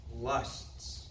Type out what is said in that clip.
lusts